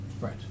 Right